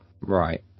Right